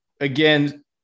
again –